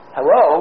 Hello